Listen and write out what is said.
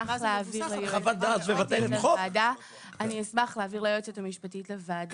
על מה זה מבוסס --- אני אשמח להעביר ליועצת המשפטית לוועדה.